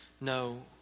No